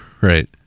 Right